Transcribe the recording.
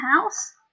house